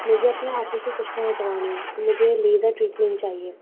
مجھے اپنی آنکھوں سے چشمہ ہٹوانا ہے تو مجھے لیزر ٹریٹمنٹ چاہیے